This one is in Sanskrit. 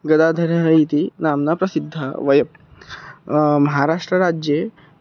गदाधरः इति नाम्ना प्रसिद्धः वयं महाराष्ट्रराज्ये